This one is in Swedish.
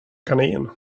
kanin